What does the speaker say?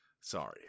Sorry